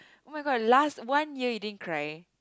oh-my-god last one year you didn't cry